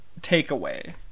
takeaway